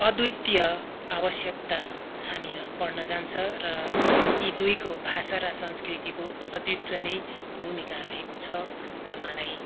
अद्वितीय आवश्यकता हामीमा पर्न जान्छ र यी दुईको भाषा र संस्कृतिको अद्वितीय नै भूमिका रहेको छ र मलाई